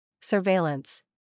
Surveillance